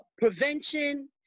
prevention